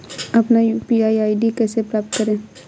अपना UPI ID कैसे प्राप्त करें?